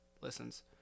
Listens